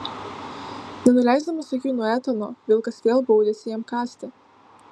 nenuleisdamas akių nuo etano vilkas vėl baudėsi jam kąsti